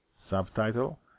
Subtitle